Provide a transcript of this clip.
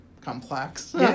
complex